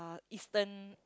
eastern